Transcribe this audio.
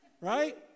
Right